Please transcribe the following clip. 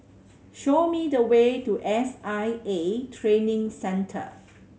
show me the way to S I A Training Centre